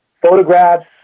photographs